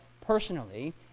personally